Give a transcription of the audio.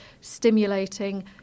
stimulating